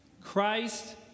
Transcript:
Christ